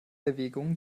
erwägungen